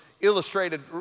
illustrated